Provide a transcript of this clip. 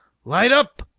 light up!